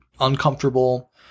uncomfortable